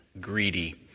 greedy